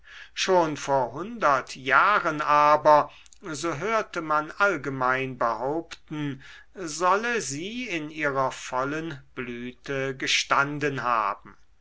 schon vor hundert jahren aber so hörte man allgemein behaupten solle sie in ihrer vollen blüte gestanden haben